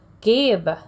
Gabe